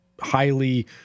highly